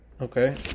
Okay